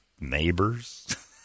neighbors